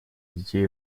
детей